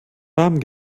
warmen